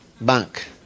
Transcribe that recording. bank